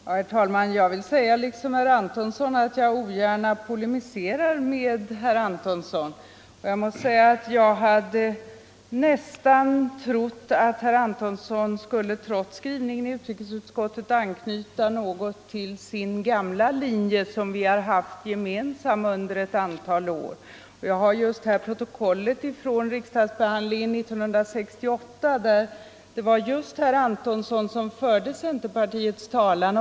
Herr talman! Herr Antonsson säger att han ogärna polemiserar med folkpartiet. Jag vill säga detsamma om centern och herr Antonsson. Men jag hade nästan hoppats att herr Antonsson trots skrivningen i utskottets betänkande skulle anknyta till sin gamla linje, den som vi haft gemensam under ett antal år. Jag har här protokollet från riksdagsbehandlingen 1968, då just herr Antonsson förde centerpartiets talan.